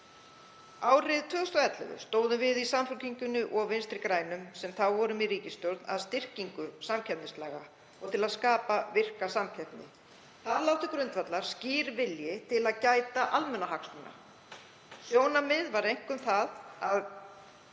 Árið 2011 stóðum við í Samfylkingunni og Vinstri grænum, sem þá vorum í ríkisstjórn, að styrkingu samkeppnislaga til að skapa virka samkeppni. Þar lá til grundvallar skýr vilji til að gæta almannahagsmuna. Sjónarmiðið var einkum það að